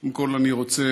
קודם כול אני רוצה,